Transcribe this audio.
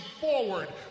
forward